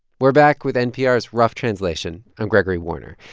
we're back with npr's rough translation. i'm gregory warner.